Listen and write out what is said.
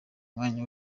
mwanya